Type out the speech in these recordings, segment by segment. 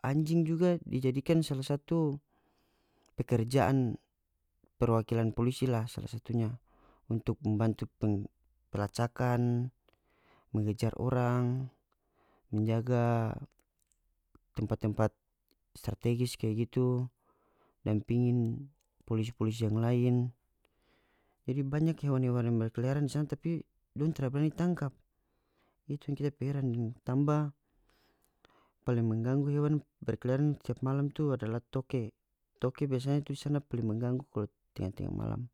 Anjing juga dijadikan sala satu pekerjaan perwakilan polisi la sala satunya untuk membantu pelacakan mengejar orang menjaga tempat-tempat strategis kaya gitu dampingi polisi-polisi yang lain jadi banyak hewan-hewan yang berkeliaran di sana tapi dong tara barani tangkap itu yang kita pe heran deng tamba paling mengganggu hewan berkeliaran tiap malam tu adalah toke toke biasanya di sana tu paling mengganggu kalu tenga-tenga malam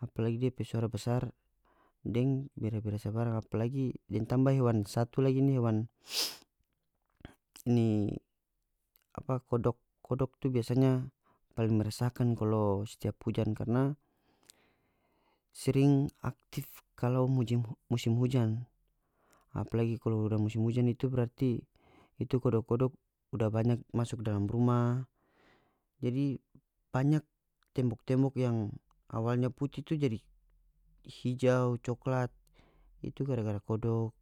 apalagi dia pe suara besar deng bera-bera sabarang apalgi deng tamba hewan satu lagi ini hewan ini apa kodok kodok tu biasanya paling meresahkan kalu setiap hujan karna sering aktif kalau musim hujan apalagi kalu da musim hujan itu berarti itu kodok-kodok uda banyak masuk dalam rumah jadi banyak tembok-tembok yang awalnya putih tu jadi hijau coklat itu gara-gara kodok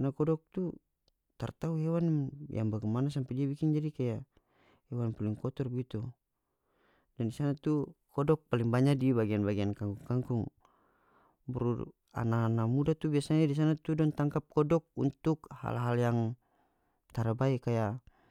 karna kodok tu taratau hewan yang bagimana sampe dia bikin jadi kaya hewan paling kotor begitu dan di sana tu kodok paling banyak di bagian-bagian kangkong-kangkong baru ana-ana muda tu biasanya di sana tu dong tangkap kodok untuk hal-hal yang tarabae kaya.